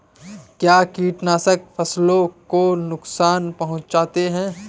क्या कीटनाशक फसलों को नुकसान पहुँचाते हैं?